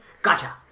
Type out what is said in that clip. Gotcha